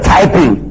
typing